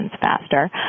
faster